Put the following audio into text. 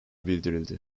bildirildi